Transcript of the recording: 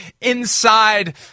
inside